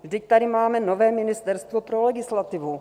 Vždyť tady máme nové ministerstvo pro legislativu.